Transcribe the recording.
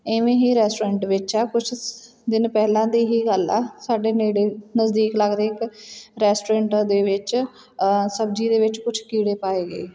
ਇਵੇਂ ਹੀ ਰੈਸਟੋਰੈਂਟ ਵਿੱਚ ਆ ਕੁਛ ਦਿਨ ਪਹਿਲਾਂ ਦੀ ਹੀ ਗੱਲ ਆ ਸਾਡੇ ਨੇੜੇ ਨਜ਼ਦੀਕ ਲੱਗਦੇ ਇੱਕ ਰੈਸਟੋਰੈਂਟ ਦੇ ਵਿੱਚ ਸਬਜ਼ੀ ਦੇ ਵਿੱਚ ਕੁਛ ਕੀੜੇ ਪਾਏ ਗਏ